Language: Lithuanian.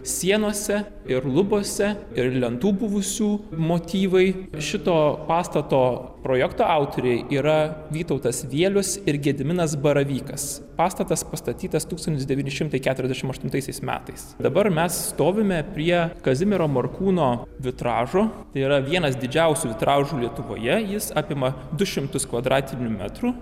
sienose ir lubose ir lentų buvusių motyvai šito pastato projekto autoriai yra vytautas vielius ir gediminas baravykas pastatas pastatytas tūkstantis devyni šimtai keturiasdešimt aštuntaisiais metais dabar mes stovime prie kazimiero morkūno vitražo tai yra vienas didžiausių vitražų lietuvoje jis apima du šimtus kvadratinių metrų